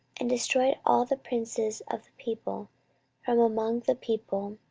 and destroyed all the princes of the people from among the people,